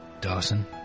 Dawson